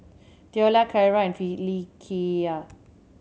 Theola Carra and Phylicia